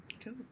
Cool